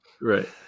Right